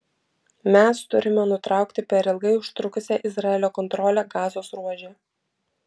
mes turime nutraukti per ilgai užtrukusią izraelio kontrolę gazos ruože